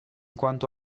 quanto